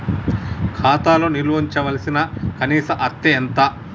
ఖాతా లో నిల్వుంచవలసిన కనీస అత్తే ఎంత?